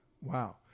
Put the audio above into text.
Wow